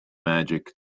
magic